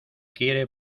quiere